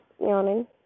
yawning